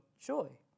joy